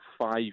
five